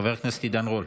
חבר הכנסת עידן רול.